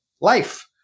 life